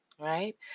right